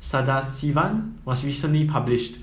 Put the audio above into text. Sadasivan was recently published